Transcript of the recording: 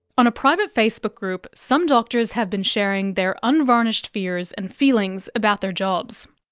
on a private facebook group, some doctors have been sharing their unvarnished fears and feelings about their jobs.